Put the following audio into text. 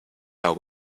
how